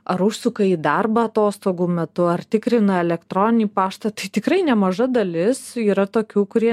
ar užsuka į darbą atostogų metu ar tikrina elektroninį paštą tai tikrai nemaža dalis yra tokių kurie